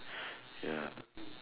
ya